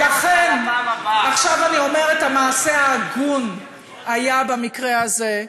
עכשיו אני אומרת, המעשה ההגון היה, במקרה הזה,